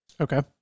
Okay